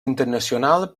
internacional